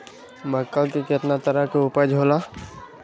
मक्का के कितना तरह के उपज हो ला?